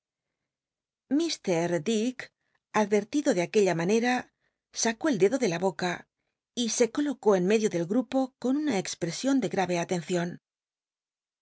dick ad elido de aquella manem sacó el dedo de la boca y se colocó en medio del grupo con una expresion de gave atencion